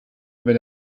wenn